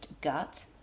gut